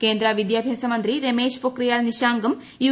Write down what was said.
കേന്ദ്ര വിദ്യാഭ്യാസമന്ത്രി രമേശ് പൊഖ്രിയാൽ നിശാങ്കും യു